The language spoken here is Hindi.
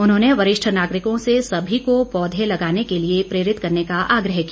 उन्होंने वरिष्ठ नागरिकों से समी को पौधे लगाने के लिए प्रेरित करने का आग्रह किया